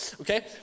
Okay